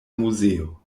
muzeo